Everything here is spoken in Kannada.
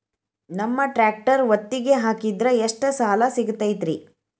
ನಮ್ಮ ಟ್ರ್ಯಾಕ್ಟರ್ ಒತ್ತಿಗೆ ಹಾಕಿದ್ರ ಎಷ್ಟ ಸಾಲ ಸಿಗತೈತ್ರಿ?